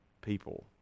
people